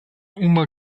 uma